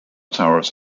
towers